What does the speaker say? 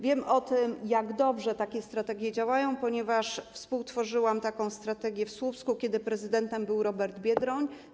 Wiem, że dobrze takie strategie działają, ponieważ współtworzyłam taką strategię w Słupsku, kiedy prezydentem był Robert Biedroń.